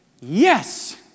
yes